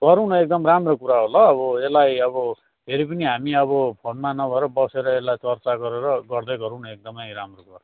गरौँ न एकदम राम्रो कुरा हो ल अब यसलाई अब फेरि पनि हामी अब फोनमा नभएर बसेर यसलाई चर्चा गरेर गर्दै गरौँ न एकदम नै राम्रो गरेर